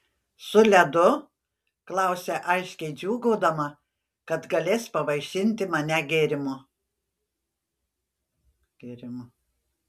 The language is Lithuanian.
su ledu klausia aiškiai džiūgaudama kad galės pavaišinti mane gėrimu